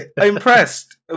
impressed